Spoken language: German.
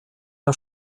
der